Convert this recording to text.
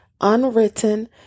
unwritten